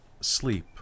Sleep